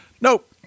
nope